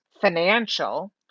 financial